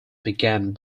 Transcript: began